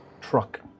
truck